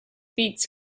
beats